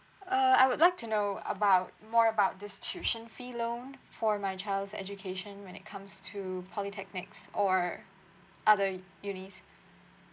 uh I would like to know about more about this tuition fee loan for my child's education when it comes to polytechnics or other unis